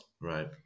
Right